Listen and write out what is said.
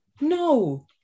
no